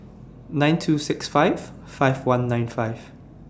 nine two six five five one nine five